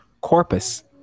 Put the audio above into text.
corpus